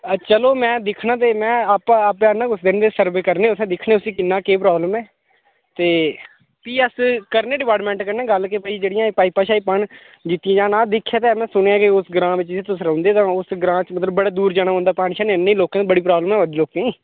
आ चलो मैं दिक्खना ते मैं आप आपे आना कुसै दिन सर्वे करने उत्थैं दिक्खने आं उसी के प्राब्लम ऐ ते पी अस्स करने डिपार्टमैंट कन्नै गल्ल कि भई एह् जेह्डियां एह् पाइपां शाइपां न दित्तियां जान दिक्खेआ ते एह् मैं सुनेआ कि जिस ग्रांऽ बिच्च तुस रौंदे तां उस ग्रांऽ बिच्च मतलब बड़ी दूर जाना पौंदा पानी शानी अन्न नेई लोकें गी बड़ी प्राब्लम आवै दी ऐ लोकें गी